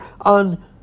on